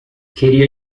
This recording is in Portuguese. queria